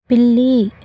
పిల్లి